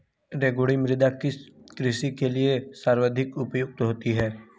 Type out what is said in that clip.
रेगुड़ मृदा किसकी कृषि के लिए सर्वाधिक उपयुक्त होती है?